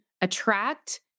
attract